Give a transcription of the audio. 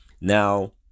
Now